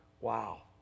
wow